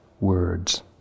Words